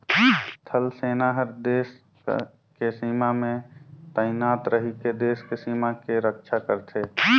थल सेना हर देस के सीमा में तइनात रहिके देस के सीमा के रक्छा करथे